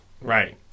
Right